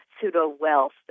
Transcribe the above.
pseudo-wealth